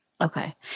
Okay